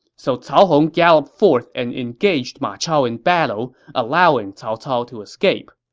so cao hong galloped forth and engaged ma chao in battle, allowing cao cao to escape.